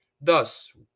thus